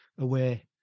away